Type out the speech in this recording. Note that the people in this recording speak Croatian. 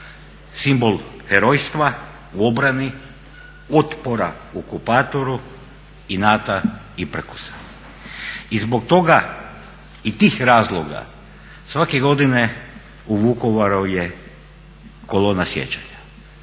Simbol herojstva u obrani, otpora okupatoru, inata i prkosa. I zbog toga i tih razloga svake godine u Vukovaru je kolona sjećanja